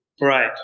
Right